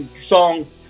song